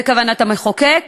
כוונת המחוקק